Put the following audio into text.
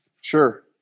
Sure